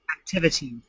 activity